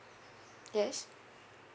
yes